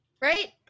Right